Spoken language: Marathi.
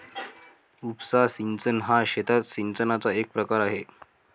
उपसा सिंचन हा शेतात सिंचनाचा एक प्रकार आहे